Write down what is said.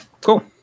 Cool